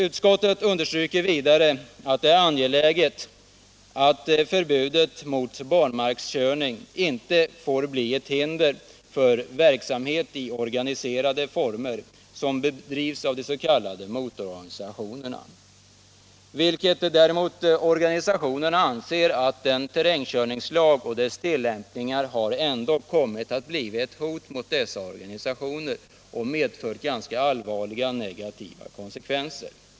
Utskottet understryker vidare att det är angeläget att förbudet mot barmarkskörning inte får bli ett hinder för den verksamhet i organiserade former som bedrivs i de s.k. motororganisationerna. Organisationerna anser emellertid att terrängkörningslagen och dess tillämpning har kommit att bli ett hot mot dem och medfört allvarliga konsekvenser.